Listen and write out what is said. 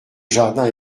jardin